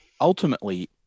Ultimately